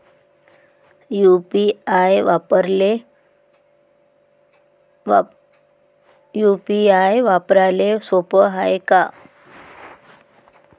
UPI वापराले सोप हाय का?